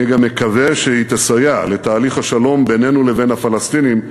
אני גם מקווה שהיא תסייע לתהליך השלום בינינו לבין הפלסטינים,